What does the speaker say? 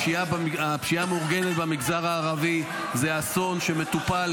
הפשיעה המאורגנת במגזר הערבי זה אסון שמטופל